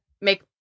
make